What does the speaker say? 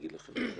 --- נציגת ה-BDS